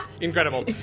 Incredible